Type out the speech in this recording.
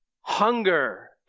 hunger